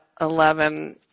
11